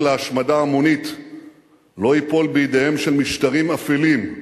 להשמדה המונית לא ייפול בידיהם של משטרים אפלים,